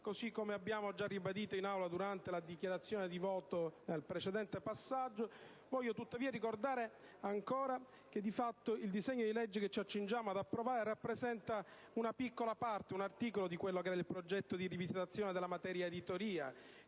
Così come abbiamo già ribadito in Aula durante la dichiarazione di voto nel precedente passaggio, voglio tuttavia ricordare ancora che di fatto il disegno di legge che ci accingiamo ad approvare rappresenta una piccola parte, un articolo, di quello che era il progetto di rivisitazione della materia editoria